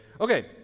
Okay